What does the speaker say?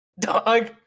Dog